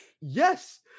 Yes